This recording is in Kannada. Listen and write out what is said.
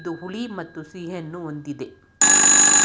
ಇದು ಹುಳಿ ಮತ್ತು ಸಿಹಿಯನ್ನು ಹೊಂದಿದೆ